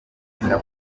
yumva